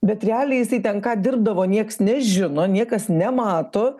bet realiai jisai ten ką dirbdavo nieks nežino niekas nemato